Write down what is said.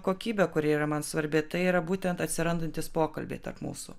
kokybė kuri yra man svarbi tai yra būtent atsirandantys pokalbiai tarp mūsų